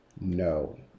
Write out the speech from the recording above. No